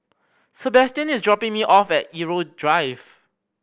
Sebastian is dropping me off at Irau Drive